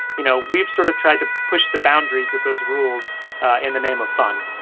you know, we've, sort of, tried to push the boundaries of those rules in the name of fun.